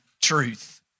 truth